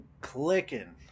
Clicking